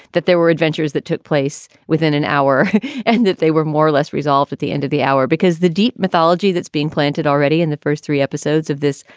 that there were adventures that took place within an hour and that they were more or less resolved at the end of the hour, because the deep mythology that's being planted already in the first three episodes of this,